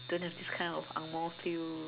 don't have this kind of angmoh feel